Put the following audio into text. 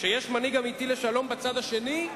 כשיש מנהיג אמיתי לשלום בצד השני,